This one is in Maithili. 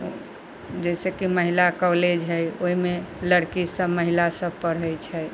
जैसेकि महिला कॉलेज है ओहिमे लड़की सब महिला सब पढ़ै छै